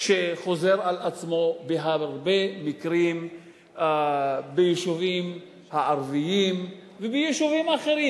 שחוזר על עצמו בהרבה מקרים ביישובים ערביים וביישובים אחרים.